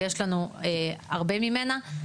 ויש לנו הרבה ממנה,